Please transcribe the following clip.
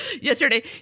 Yesterday